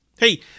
Hey